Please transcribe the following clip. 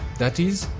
that is,